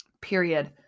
Period